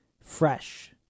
fresh